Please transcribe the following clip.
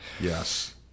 Yes